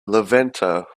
levanter